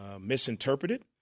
misinterpreted